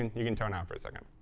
and you can tune out for a second.